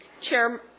Chair